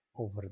over